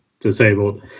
disabled